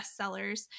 bestsellers